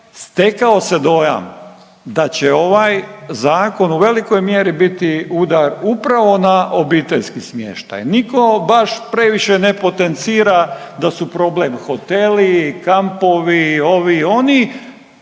stekao se dojam da će ovaj zakon u velikoj mjeri biti udar upravo na obiteljski smještaj. Niko baš previše ne potencira da su problem hoteli, kampovi, ovi, oni,